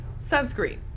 Sunscreen